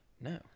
No